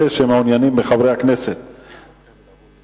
אלה מחברי הכנסת שמעוניינים,